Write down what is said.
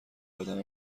ادم